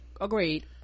Agreed